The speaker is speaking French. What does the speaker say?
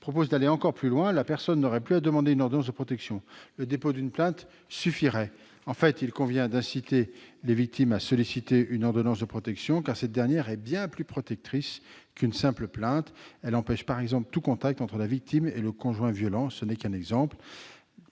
proposent d'aller encore plus loin : la personne n'aurait plus à demander une ordonnance de protection, le dépôt d'une plainte suffirait. En fait, il convient d'inciter les victimes à solliciter une ordonnance de protection. En effet, cette dernière est bien plus protectrice qu'une simple plainte : elle empêche par exemple tout contact entre la victime et le conjoint violent. Nous craignons que